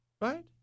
Right